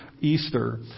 Easter